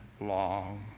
long